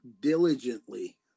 diligently